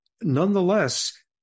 Nonetheless